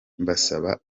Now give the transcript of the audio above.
mbasaba